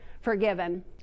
forgiven